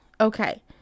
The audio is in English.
Okay